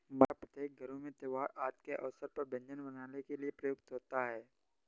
मैदा प्रत्येक घरों में त्योहार आदि के अवसर पर व्यंजन बनाने के लिए प्रयुक्त होता है